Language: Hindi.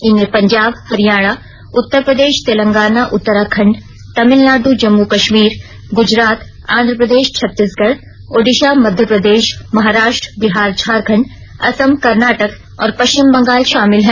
इनमें पंजाब हरियाणा उत्तर प्रदेश तेलंगाना उत्तराखंड तमिलनाड जम्म् कश्मीर ग्जरात आंध्र प्रदेश छत्तीसगढ़ ओडिशा मध्य प्रदेश महाराष्ट्र बिहार झारखंड असम कर्नाटक और पश्चिम बंगाल शामिल हैं